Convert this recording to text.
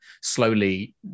slowly